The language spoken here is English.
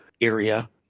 area